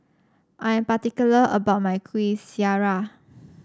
I am particular about my Kuih Syara